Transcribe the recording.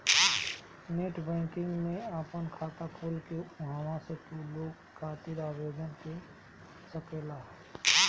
net banking में आपन खाता खोल के उहवा से तू लोन खातिर आवेदन दे सकेला